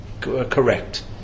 correct